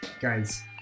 guys